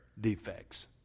defects